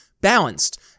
balanced